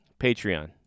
Patreon